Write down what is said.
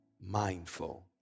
mindful